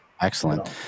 Excellent